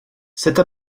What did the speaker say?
cette